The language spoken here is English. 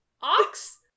ox